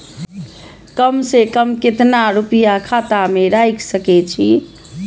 कम से कम केतना रूपया खाता में राइख सके छी?